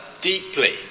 deeply